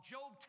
Job